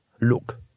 Look